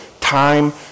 time